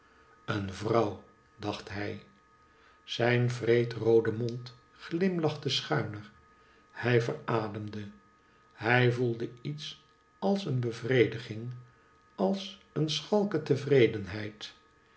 een vrouw dacht hij zijn wreedroode mond glimlachte schuiner hij verademde hij voelde iets als een bevrediging als een schalke tevredenheid